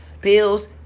pills